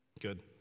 Good